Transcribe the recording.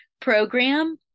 program